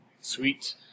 Sweet